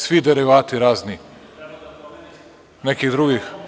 Svi derivati razni, nekih drugih.